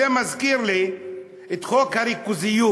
זה מזכיר לי את חוק הריכוזיות.